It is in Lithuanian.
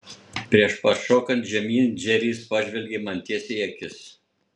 prieš pat šokant žemyn džeris pažvelgė man tiesiai į akis